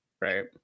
right